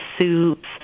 soups